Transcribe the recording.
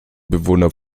bewohner